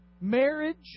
Marriage